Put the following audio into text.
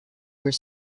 were